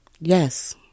Yes